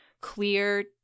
clear